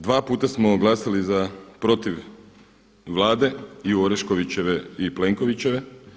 Dva puta smo glasali za protiv Vlade i Oreškovićeve i Plenkovićeve.